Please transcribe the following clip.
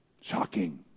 Shocking